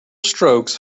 strokes